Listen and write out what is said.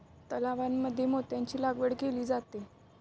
तलावांमध्ये मोत्यांची लागवड केली जाते